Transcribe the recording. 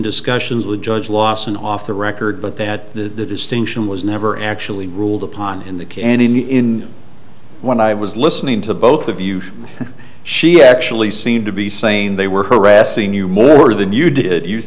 discussions with judge lawson off the record but that the distinction was never actually ruled upon in the can even when i was listening to both of you she actually seemed to be saying they were harassing you more than you did